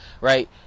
Right